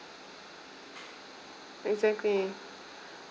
exactly